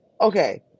okay